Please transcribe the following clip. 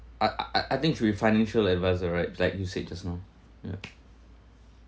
I I I think should be financial advisor right like you said just now ya